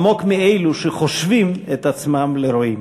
עמוק מאלו שחושבים את עצמם לרואים.